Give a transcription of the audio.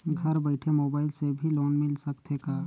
घर बइठे मोबाईल से भी लोन मिल सकथे का?